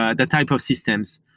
ah the type of systems.